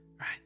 right